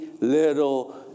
little